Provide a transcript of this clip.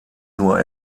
nur